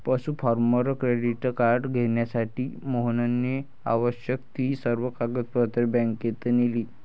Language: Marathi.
पशु फार्मर क्रेडिट कार्ड घेण्यासाठी मोहनने आवश्यक ती सर्व कागदपत्रे बँकेत नेली